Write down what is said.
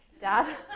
Dad